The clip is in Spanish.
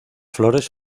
flores